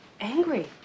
angry